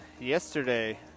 yesterday